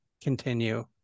continue